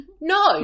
No